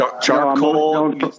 charcoal